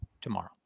tomorrow